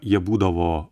jie būdavo